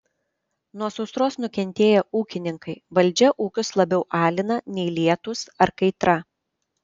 nuo sausros nukentėję ūkininkai valdžia ūkius labiau alina nei lietūs ar kaitra